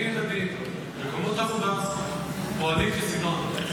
גני ילדים ומקומות עבודה פועלים כסדרם.